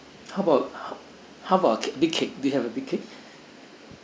how about how about big cake do you have a big cake